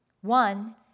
One